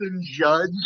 Judge